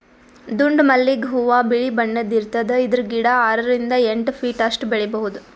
ದುಂಡ್ ಮಲ್ಲಿಗ್ ಹೂವಾ ಬಿಳಿ ಬಣ್ಣದ್ ಇರ್ತದ್ ಇದ್ರ್ ಗಿಡ ಆರರಿಂದ್ ಎಂಟ್ ಫೀಟ್ ಅಷ್ಟ್ ಬೆಳಿಬಹುದ್